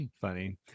Funny